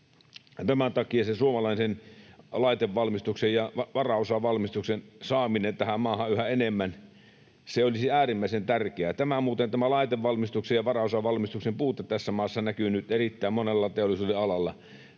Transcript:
Tämän takia suomalaisen laitevalmistuksen ja varaosavalmistuksen saaminen tähän maahan yhä enemmän olisi äärimmäisen tärkeää. Tämä laitevalmistuksen ja varaosavalmistuksen puute tässä maassa näkyy muuten nyt erittäin monella teollisuudenalalla.